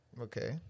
Okay